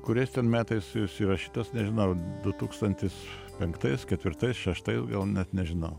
kuriais ten metais jis įrašytas nežinau du tūkstantis penktais ketvirtais šeštais gal net nežinau